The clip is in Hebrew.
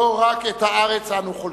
לא רק את הארץ אנחנו חולקים.